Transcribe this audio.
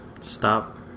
stop